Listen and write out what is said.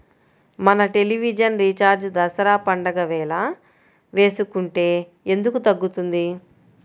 మన television recharge Dasara పండగ వేళ వేసుకుంటే ఎందుకు తగ్గుతుంది?